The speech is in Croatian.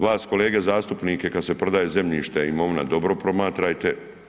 Vas kolege zastupnike kad se prodaje zemljište, imovina, dobro promatrajte.